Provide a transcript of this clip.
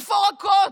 מפורקות,